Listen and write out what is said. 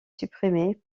supprimé